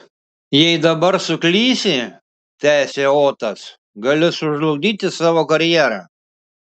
jei dabar suklysi tęsė otas gali sužlugdyti savo karjerą